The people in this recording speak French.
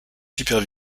super